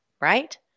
right